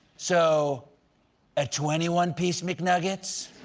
so a twenty one piece mcnuggets?